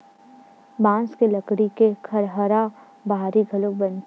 बांस के लकड़ी के खरहारा बाहरी घलोक बनथे